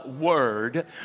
word